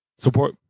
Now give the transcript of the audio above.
Support